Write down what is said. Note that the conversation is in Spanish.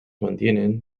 mantienen